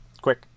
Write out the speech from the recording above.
Quick